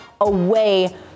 away